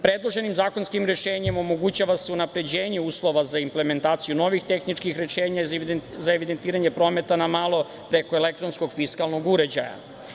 Predloženim zakonskim rešenjem omogućava se unapređenje uslova za implementaciju novih tehničkih rešenja za evidentiranje prometa na malo preko elektronskog fiskalnog uređaja.